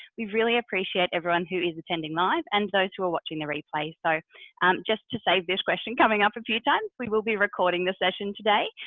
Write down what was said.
we really appreciate everyone who is attending live and those who are watching the replay. so just to save this question coming up a few times. we will be recording this session today.